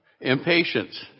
Impatience